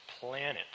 planet